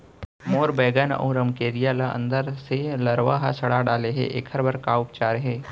मोर बैगन अऊ रमकेरिया ल अंदर से लरवा ह सड़ा डाले हे, एखर बर का उपचार हे?